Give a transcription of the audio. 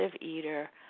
eater